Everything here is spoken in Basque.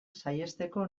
saihesteko